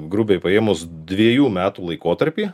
grubiai paėmus dviejų metų laikotarpį